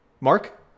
Mark